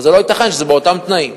אז לא ייתכן שזה באותם תנאים.